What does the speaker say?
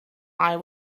eye